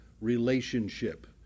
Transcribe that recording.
relationship